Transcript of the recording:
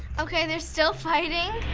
okay, they're still fighting.